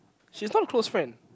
she's not close friend